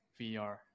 VR